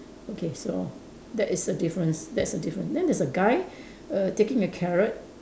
okay so that is a difference that's a difference then there is a guy err taking a carrot